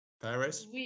Paris